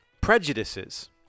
Prejudices